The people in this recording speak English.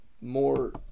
more